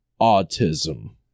autism